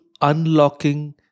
unlocking